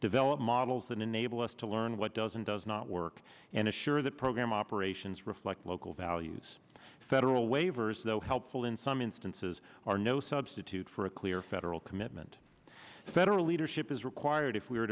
develop models and enable us to learn what does and does not work and assure that program operations reflect local values federal waivers though helpful in some instances are no substitute for a clear federal commitment the federal leadership is required if we